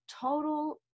total